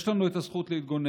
יש לנו את הזכות להתגונן,